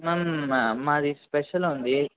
ma'am మాది special ఉంది